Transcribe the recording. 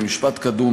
ממשפט קדום,